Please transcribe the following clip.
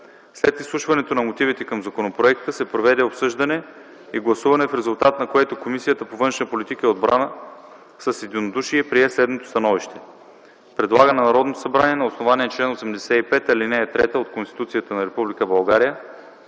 След изслушването на мотивите към законопроекта се проведе обсъждане и гласуване, в резултат на което Комисията по външна политика и отбрана с единодушие прие следното становище: Предлага на Народното събрание на основание чл. 85, ал. 3 от Конституцията на Република България